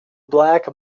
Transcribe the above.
black